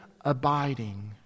abiding